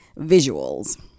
visuals